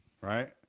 right